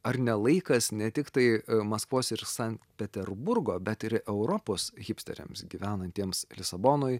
ar ne laikas ne tiktai maskvos ir sankt peterburgo bet ir europos hipsteriams gyvenantiems lisabonoj